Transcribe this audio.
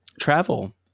travel